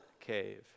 cave